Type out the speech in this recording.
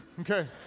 okay